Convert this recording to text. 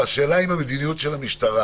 השאלה אם המדיניות של המשטרה